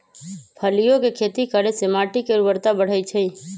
फलियों के खेती करे से माटी के ऊर्वरता बढ़ई छई